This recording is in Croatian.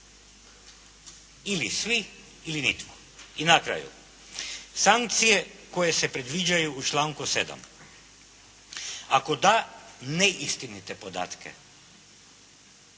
Ili svi ili nitko. I na kraju, sankcije koje se predviđaju u članku 7. ako da neistinite podatke,